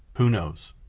who knows?